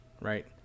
right